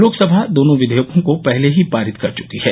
लोकसभा दोनों विधेयकों को पहले ही पारित कर चुकी है